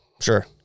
Sure